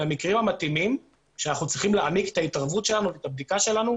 במקרים המתאימים אנחנו צריכים להעמיק את ההתערבות שלנו ואת הבדיקה שלנו.